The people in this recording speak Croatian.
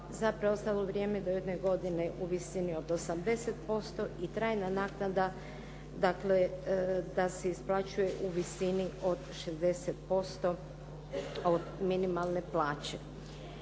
za preostalo vrijeme do jedne godine u visini od 80% i trajna naknada dakle da se isplaćuje u visini od 60% od minimalne plaće.